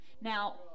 Now